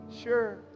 sure